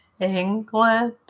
England